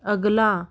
अगला